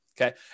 okay